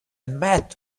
met